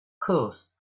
course